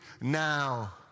now